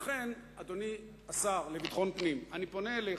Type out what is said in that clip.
לכן, אדוני השר לביטחון פנים, אני פונה אליך.